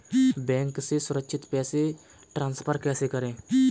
Bank से सुरक्षित पैसे ट्रांसफर कैसे करें?